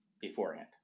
beforehand